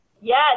yes